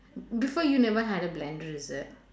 before you never had a blender is it